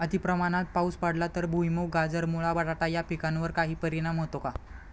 अतिप्रमाणात पाऊस पडला तर भुईमूग, गाजर, मुळा, बटाटा या पिकांवर काही परिणाम होतो का?